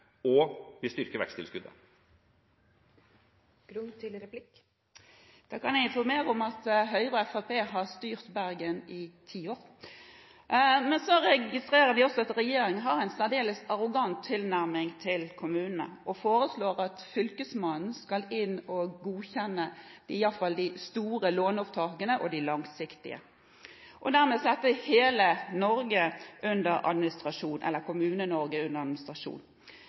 og vi styrker veksttilskuddet. Da kan jeg informere om at Høyre og Fremskrittspartiet har styrt Bergen i ti år. Vi registrerer også at regjeringen har en særdeles arrogant tilnærming til kommunene og foreslår at fylkesmannen skal inn og godkjenne i alle fall de store og de langsiktige låneopptakene og dermed sette hele Kommune-Norge under administrasjon.